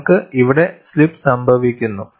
നിങ്ങൾക്ക് ഇവിടെ സ്ലിപ്പ് സംഭവിക്കുന്നു